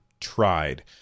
tried